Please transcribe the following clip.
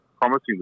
promising